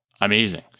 amazing